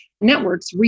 networks